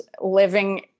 living